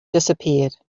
disappeared